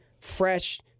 fresh